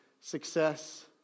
success